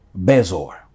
Bezor